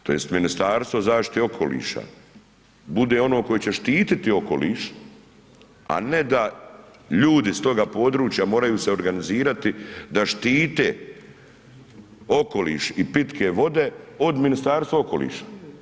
Zato dok mi tj. Ministarstvo zaštite i okoliša bude ono koje će štiti okoliš, a ne da ljudi s toga područja moraju se organizirati da štite okoliš i pitke vode od Ministarstva okoliša.